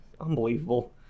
Unbelievable